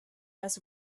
eyes